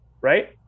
right